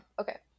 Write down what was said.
Okay